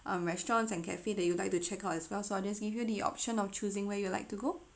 um restaurants and cafe that you would like to check out as well so I'll just give you the option of choosing where you like to go